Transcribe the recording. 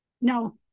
no